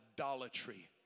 idolatry